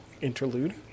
interlude